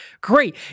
great